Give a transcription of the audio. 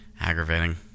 Aggravating